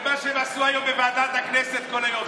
זה מה שהם עשו בוועדת הכנסת כל היום, תהיה רגוע.